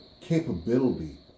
capability